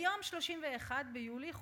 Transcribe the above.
ב-31 ביולי,